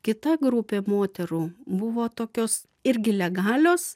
kita grupė moterų buvo tokios irgi legalios